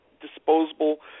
disposable